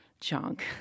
junk